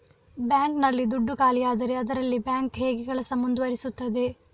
Bank ನಲ್ಲಿ ದುಡ್ಡು ಖಾಲಿಯಾದರೆ ಅದರಲ್ಲಿ ಬ್ಯಾಂಕ್ ಹೇಗೆ ಕೆಲಸ ಮುಂದುವರಿಸುತ್ತದೆ?